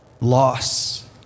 Loss